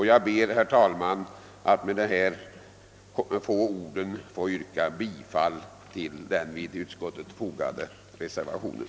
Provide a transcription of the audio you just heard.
Jag ber, herr talman, att få yrka bifall till den vid utskottets betänkande fogade reservationen.